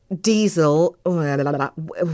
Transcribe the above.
diesel